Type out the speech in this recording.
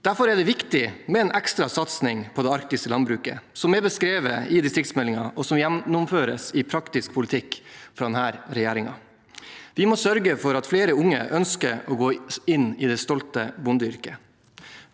Derfor er det viktig med en ekstra satsing på det arktiske landbruket, som er beskrevet i distriktsmeldingen, og som gjennomføres i praktisk politikk fra denne regjeringen. Vi må sørge for at flere unge ønsker å gå inn i det stolte bondeyrket.